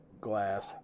glass